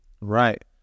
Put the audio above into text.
Right